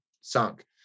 sunk